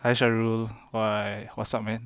hi syarul why what's up man